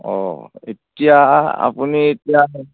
অঁ এতিয়া আপুনি এতিয়া